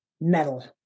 metal